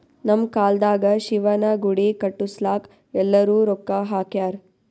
ನಮ್ ಕಾಲ್ದಾಗ ಶಿವನ ಗುಡಿ ಕಟುಸ್ಲಾಕ್ ಎಲ್ಲಾರೂ ರೊಕ್ಕಾ ಹಾಕ್ಯಾರ್